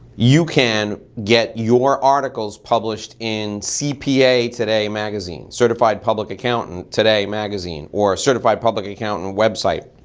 you can get your articles published in cpa today magazine. certified public accountant today magazine or certified public account and website.